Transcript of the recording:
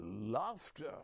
laughter